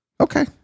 Okay